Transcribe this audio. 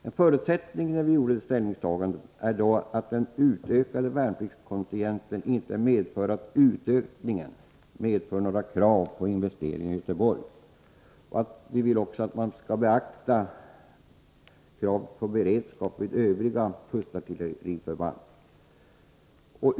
En förutsättning för vårt ställningstagande är dock att den utökade kontingenten av värnpliktiga inte medför några krav på investeringar i Göteborg. Även beredskapen vid Övriga kustartilleriförband skall beaktas.